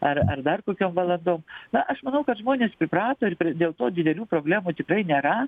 ar ar dar kokiom valandom na aš manau kad žmonės priprato ir pr dėl to didelių problemų tikrai nėra